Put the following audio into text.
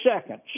seconds